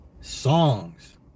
songs